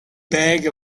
bag